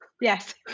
Yes